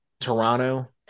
Toronto –